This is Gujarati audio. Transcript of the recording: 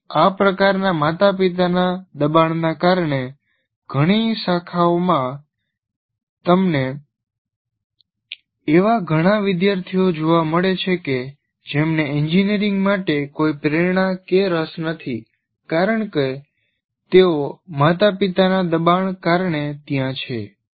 ઉપરાંત આ પ્રકારના માતાપિતાના દબાણના કારણે ઘણી શાખાઓમાં વ્યવહારીક રીતે તે તમામ શાખાઓ માટે સામાન્ય છે તે વિદ્યાર્થીઓની નજીવી સંખ્યા નથી તમને એવા ઘણા વિદ્યાર્થીઓ જોવા મળે છે કે જેમને એન્જિનિયરિંગ માટે કોઈ પ્રેરણા કે રસ નથી કારણ કે તેઓ માતાપિતાના દબાણ કારણે ત્યાં છે